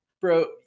Bro